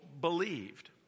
believed